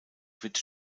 wird